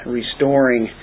restoring